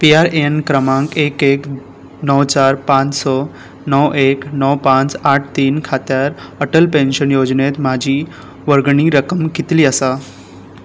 P R A N क्रमांक एक एक णव चार पांच स णव एक णव पांच आठ तीन खात्यार अटल पेन्शन येवजणेंत म्हजी वर्गणी रक्कम कितली आसा